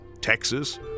Texas